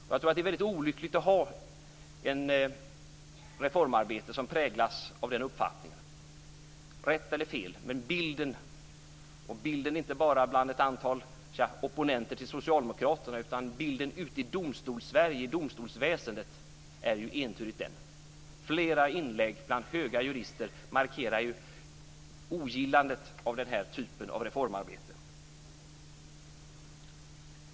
Jag tror att det är väldigt olyckligt att ett reformarbete präglas av den uppfattningen. Rätt eller fel, men den bilden är entydig, inte bara bland ett antal opponenter till Socialdemokraterna utan också ute i Domstolssverige och i domstolsväsendet. Flera inlägg bland höga jurister markerar ogillandet av den här typen av reformarbete.